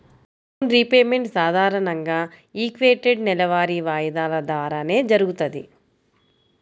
loan repayment సాధారణంగా equated నెలవారీ వాయిదాల ద్వారానే జరుగుతది